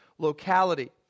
locality